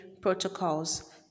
protocols